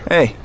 Hey